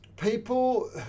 people